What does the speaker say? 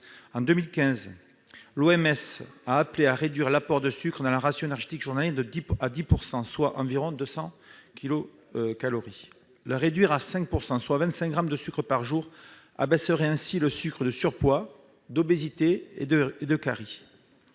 la santé (OMS) a appelé à réduire l'apport en sucres dans la ration énergétique journalière à 10 %, soit environ 200 kilocalories. Le réduire à 5 %, soit 25 grammes de sucre par jour, abaisserait le risque de surpoids, d'obésité et de carie.